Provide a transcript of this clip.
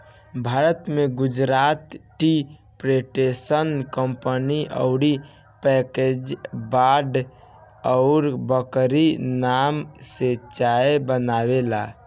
भारत में Gujarat tea processors company अउर packers Bagh और बकरी नाम से चाय बनावेला